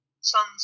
sons